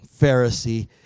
Pharisee